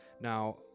Now